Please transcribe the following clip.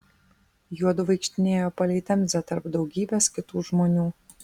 juodu vaikštinėjo palei temzę tarp daugybės kitų žmonių